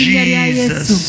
Jesus